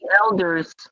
elders